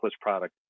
product